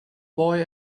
boy